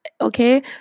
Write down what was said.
Okay